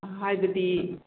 ꯍꯥꯏꯕꯗꯤ